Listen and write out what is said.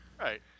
Right